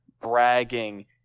bragging